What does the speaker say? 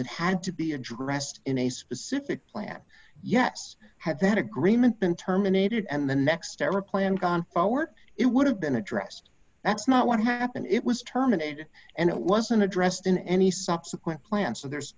it had to be addressed in a specific plan yes had that agreement been terminated and the next era plan gone forward it would have been addressed that's not what happened it was terminated and it wasn't addressed in any subsequent plan so there's